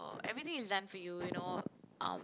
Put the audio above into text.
everything is done for you you know um